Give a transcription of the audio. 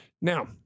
Now